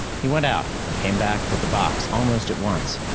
he went out and came back with the box almost at once.